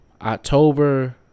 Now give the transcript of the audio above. October